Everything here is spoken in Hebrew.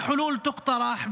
חברת הכנסת טלי גוטליב.